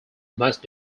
must